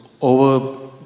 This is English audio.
over